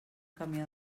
camió